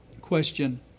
question